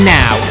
now